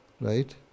Right